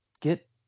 get